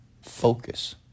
focus